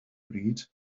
bryd